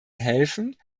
helfen